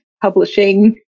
publishing